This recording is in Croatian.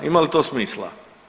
Ima li to smisla?